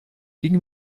ging